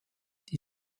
die